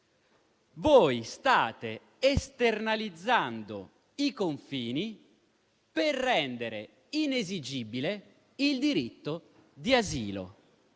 Voi state esternalizzando i confini per rendere inesigibile il diritto di asilo